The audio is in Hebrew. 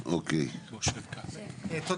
אוקיי, אנחנו נדבר על הדברים.